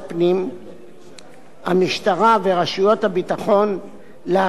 המשטרה ורשויות הביטחון לעשות שימוש גם בתמונות